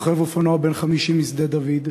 רוכב אופנוע בן 50 משדה-דוד,